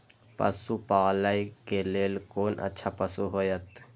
पशु पालै के लेल कोन अच्छा पशु होयत?